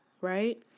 right